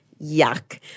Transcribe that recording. Yuck